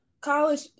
college